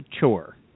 chore